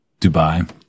Dubai